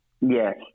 Yes